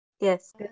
yes